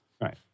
Right